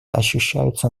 ощущаются